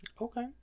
okay